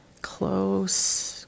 Close